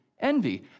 envy